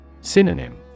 Synonym